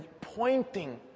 pointing